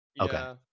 Okay